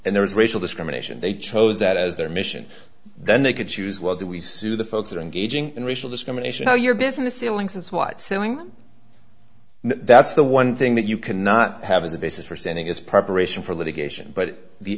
and there was racial discrimination they chose that as their mission then they could choose well do we sue the folks that are engaging in racial discrimination all your business dealings is what sewing that's the one thing that you cannot have as a basis for standing is preparation for litigation but the